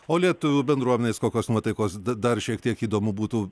o lietuvių bendruomenės kokios nuotaikos dar šiek tiek įdomu būtų